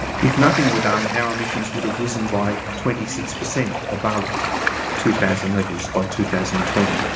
if nothing were done our emissions would have risen by twenty six percent above two thousand levels by two thousand and twenty.